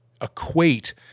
equate